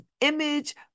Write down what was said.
image